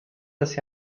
des